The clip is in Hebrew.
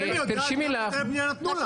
רמ"י יודעת כמה היתרי בנייה נתנו לה.